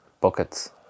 buckets